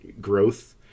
growth